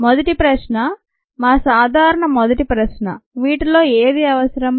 మొదటి ప్రశ్న మా సాధారణ మొదటి ప్రశ్న వీటిలో ఏది అవసరం